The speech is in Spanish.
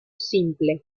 simple